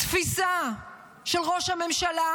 תפיסה של ראש הממשלה,